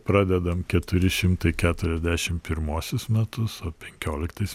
pradedam keturi šimtai keturiasdešim pirmuosius metus o penkioliktais